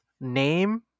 name